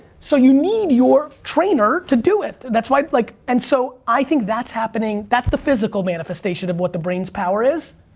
so you need your trainer to do it like like and so i think that's happening. that's the physical manifestation of what the brain's power is.